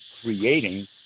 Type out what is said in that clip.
creating